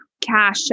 cash